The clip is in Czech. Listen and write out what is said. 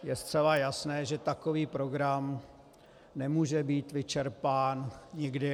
Je zcela jasné, že takový program nemůže být vyčerpán nikdy.